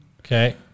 Okay